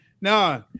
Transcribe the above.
no